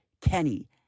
Kenny